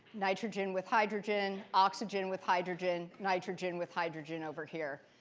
nitrogen with hydrogen, oxygen with hydrogen, nitrogen with hydrogen over here.